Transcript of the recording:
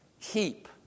Keep